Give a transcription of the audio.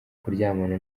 kuryamana